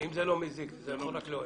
אם זה לא מזיק וזה יכול רק להועיל.